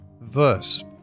verse